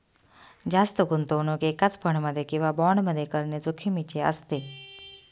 जास्त गुंतवणूक एकाच फंड मध्ये किंवा बॉण्ड मध्ये करणे जोखिमीचे असते